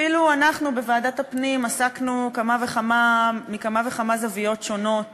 אפילו אנחנו בוועדת הפנים עסקנו מכמה וכמה זוויות שונות